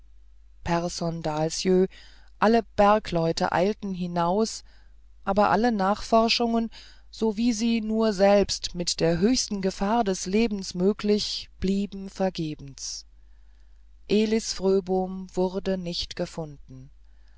pehrson dahlsjö alle bergleute eilten hinaus aber alle nachforschungen so wie sie nur selbst mit der höchsten gefahr des lebens möglich blieben vergebens elis fröbom wurde nicht gefunden